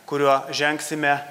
kuriuo žengsime